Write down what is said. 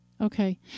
Okay